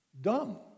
Dumb